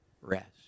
rest